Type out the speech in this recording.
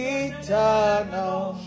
eternal